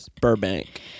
Burbank